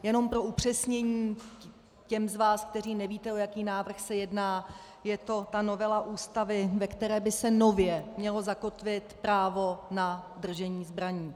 Jenom pro upřesnění těm z vás, kteří nevíte, o jaký návrh se jedná: je to ta novela Ústavy, ve které by se nově mělo zakotvit právo na držení zbraní.